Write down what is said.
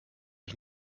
ich